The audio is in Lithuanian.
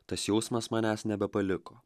tas jausmas manęs nebepaliko